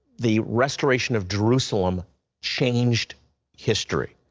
the restoration of jerusalem changed history.